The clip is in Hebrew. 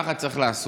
ככה צריך לעשות.